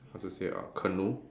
how to say uh canoe